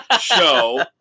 show